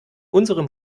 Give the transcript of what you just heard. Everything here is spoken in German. unserem